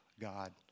God